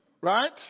Right